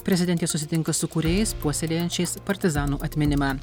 prezidentė susitinka su kūrėjais puoselėjančiais partizanų atminimą